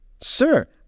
sir